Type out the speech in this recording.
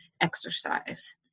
exercise